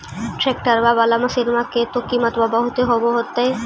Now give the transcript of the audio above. ट्रैक्टरबा बाला मसिन्मा के तो किमत्बा बहुते होब होतै?